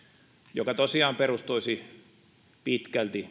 joka tosiaan perustuisi pitkälti